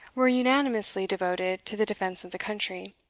were unanimously devoted to the defence of the country.